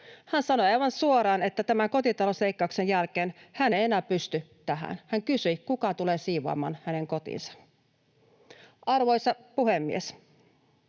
Hän sanoi aivan suoraan, että tämän kotitalousleikkauksen jälkeen hän ei enää pysty tähän. Hän kysyi, kuka tulee siivoamaan hänen kotinsa. Arvoisa puhemies!